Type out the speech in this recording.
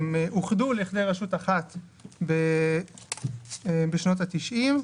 הם אוחדו לכדי רשות אחת בשנות ה-90.